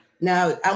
Now